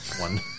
One